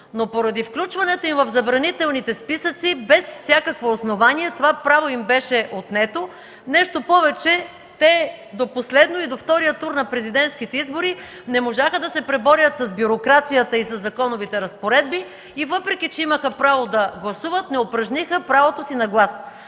но поради включването им в забранителните списъци без всякакво основание това право им беше отнето. Нещо повече, до последно, до втория тур на президентските избори не можаха да се преборят с бюрокрацията и със законовите разпоредби – въпреки че имаха право да гласуват, не упражниха правото си на глас.